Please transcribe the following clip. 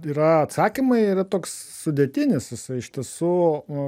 yra atsakymai yra toks sudėtinis jisai iš tiesų